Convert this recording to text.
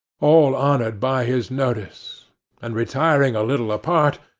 all honoured by his notice and, retiring a little apart,